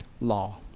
law